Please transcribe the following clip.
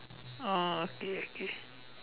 oh okay okay